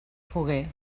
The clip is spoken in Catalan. foguer